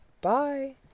Bye